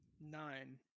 Nine